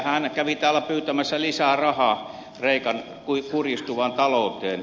hänhän kävi täällä pyytämässä lisää rahaa kreikan kurjistuvaan talouteen